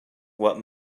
what